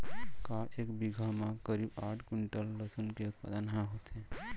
का एक बीघा म करीब आठ क्विंटल लहसुन के उत्पादन ह होथे?